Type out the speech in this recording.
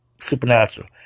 Supernatural